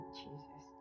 jesus